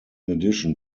addition